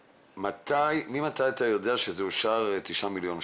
ממתי אתה יודע שאושר 9 מיליון שקלים?